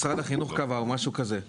משרד החינוך קבע או משהו כזה.